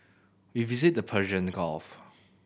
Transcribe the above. we visited the Persian Gulf